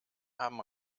haben